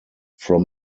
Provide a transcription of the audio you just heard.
from